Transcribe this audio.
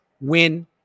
win